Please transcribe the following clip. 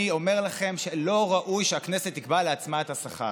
אני אומר לכם שלא ראוי שהכנסת תקבע לעצמה את השכר.